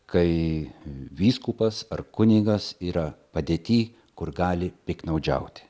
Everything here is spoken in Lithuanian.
kai vyskupas ar kunigas yra padėty kur gali piktnaudžiauti